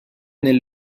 nel